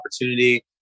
opportunity